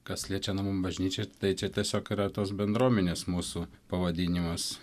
kas liečia namų bažnyčią tai čia tiesiog yra tos bendruomenės mūsų pavadinimas